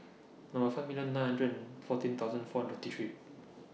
Number five million nine hundred and fourteen thousand four hundred and fifty three